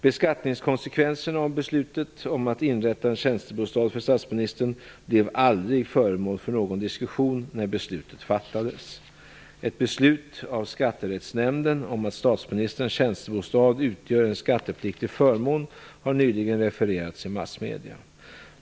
Beskattningskonsekvenserna av beslutet om att inrätta en tjänstebostad för statsministern blev aldrig föremål för någon diskussion när beslutet fattades. Ett beslut av skatterättsnämnden om att statsministerns tjänstebostad utgör en skattepliktig förmån har nyligen refererats i massmedierna.